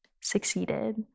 succeeded